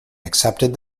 accepted